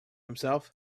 himself